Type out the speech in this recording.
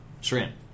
shrimp